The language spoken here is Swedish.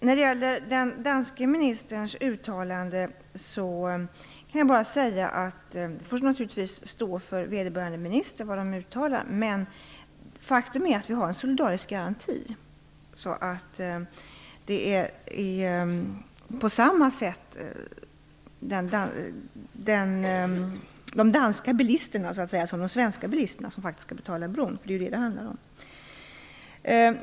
När det gäller den danske ministerns uttalande kan jag bara säga att det naturligtvis får står för vederbörande vad han eller hon uttalar. Men faktum är att vi har en solidarisk garanti. De danska bilisterna skall på samma sätt som de svenska betala bron. Det är ju detta det handlar om.